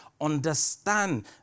understand